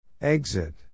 Exit